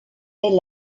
est